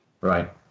Right